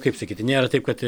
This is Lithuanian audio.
kaip sakyti nėra taip kad